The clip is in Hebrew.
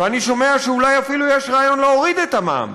ואני שומע שאולי אפילו יש רעיון להוריד את המע"מ,